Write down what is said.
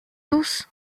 tous